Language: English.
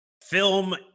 film